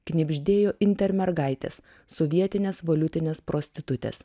knibždėjo inter mergaitės sovietinės valiutinės prostitutės